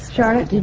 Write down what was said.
charlotte,